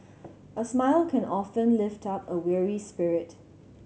a smile can often lift up a weary spirit